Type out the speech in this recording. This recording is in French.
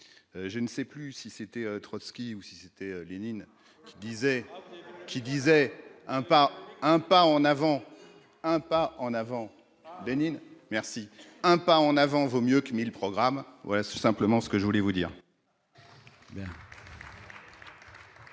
je ne sais plus si c'était Trotski ou si c'était Lénine qui disait qui disait un pas, un pas en avant, un pas en avant Lénine merci, un pas en avant vaut mieux que mille programmes voilà simplement ce que je voulais vous dire.